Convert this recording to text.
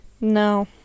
No